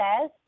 says